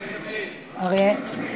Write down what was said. ועדת הכספים.